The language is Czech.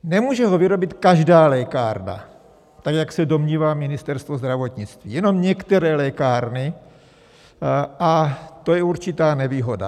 Nemůže ho vyrobit každá lékárna, tak jak se domnívá Ministerstvo zdravotnictví, jenom některé lékárny, a to je určitá nevýhoda.